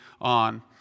on